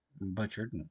butchered